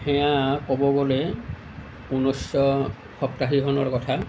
সেয়া ক'ব গ'লে ঊনৈচশ সপ্তাশী চনৰ কথা